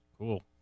Cool